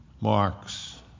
Marx